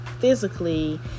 physically